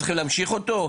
צריכים להמשיך אותו?